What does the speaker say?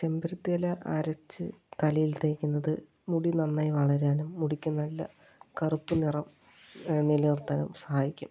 ചെമ്പരത്തിയില അരച്ച് തലയിൽ തേയ്ക്കുന്നത് മുടി നന്നായി വളരാനും മുടിക്ക് നല്ല കറുപ്പ് നിറം നിലനിർത്താനും സഹായിക്കും